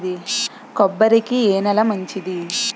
కొబ్బరి కి ఏ నేల మంచిది?